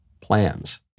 plans